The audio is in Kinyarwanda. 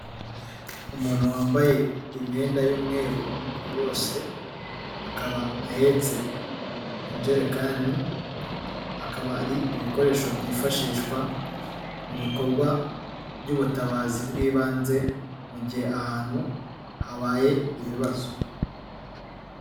Umuntu wambaye imyenda y'umweru umubiri wose akaba ahetse injerekani, akaba ari ibikoresho byifashishwa mu bikorwa by'ubutabazi bw'ibanze mu gihe ahantu habaye ibibazo.